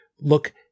look